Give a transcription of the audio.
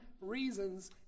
reasons